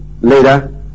later